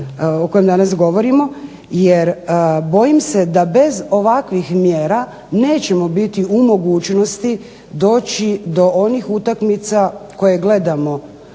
o kojem danas govorimo, jer bojim se da bez ovakvih mjera nećemo biti u mogućnosti doći do onih utakmica koje gledamo